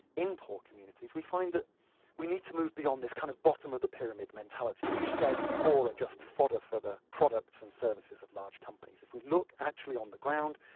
in poor communities is we find that we need to move beyond this kind of bottom of the pyramid mentality which said the poor are just fodder for the products and services of large companies. if we look actually on the ground,